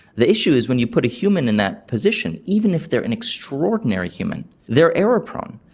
the issue is when you put a human in that position, even if they are an extraordinary human they are error prone.